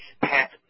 Pat